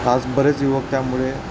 आज बरेच युवक त्यामुळे